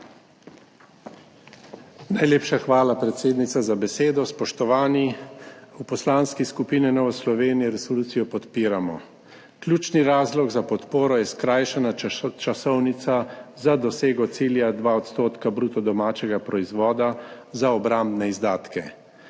Najlepša hvala, predsednica, za besedo. Spoštovani! V Poslanski skupini Nove Slovenije resolucijo podpiramo. Ključni razlog za podporo je skrajšana časovnica za dosego cilja 2 % bruto domačega proizvoda za obrambne izdatke.